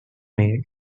made